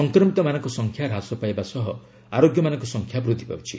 ସଂକ୍ରମିତମାନଙ୍କ ସଂଖ୍ୟା ହାସ ପାଇବା ସହ ଆରୋଗ୍ୟମାନଙ୍କ ସଂଖ୍ୟା ବୃଦ୍ଧି ପାଉଛି